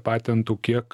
patentų kiek